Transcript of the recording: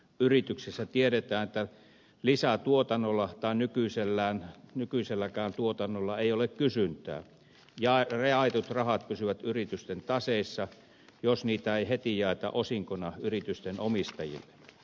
yrityksissä tiedetään että lisätuotannolla tai nykyiselläkään tuotannolla ei ole kysyntää ja jaetut rahat pysyvät yritysten taseissa jos niitä ei heti jaeta osinkoina yritysten omistajille